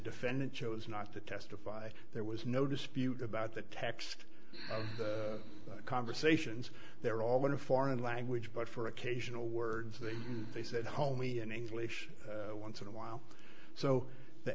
defendant chose not to testify there was no dispute about the text conversations they're all going to foreign language but for occasional words then they said homey in english once in a while so the